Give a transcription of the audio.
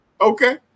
Okay